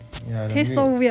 yeah the milk